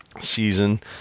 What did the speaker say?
season